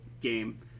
game